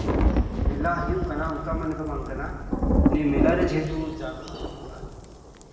ᱢᱮᱞᱟ ᱦᱩᱭᱩᱜ ᱠᱟᱱᱟ ᱚᱱᱠᱟ ᱢᱟᱱᱮ ᱫᱚ ᱵᱟᱝ ᱠᱟᱱᱟ ᱱᱤᱭᱟᱹ ᱢᱮᱞᱟᱨᱮ ᱡᱮᱦᱮᱛᱩ ᱡᱟᱜᱽᱨᱚᱱ ᱦᱩᱭᱩᱜᱼᱟ